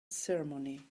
ceremony